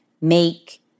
make